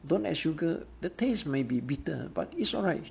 don't add sugar the taste may be bitter but it's alright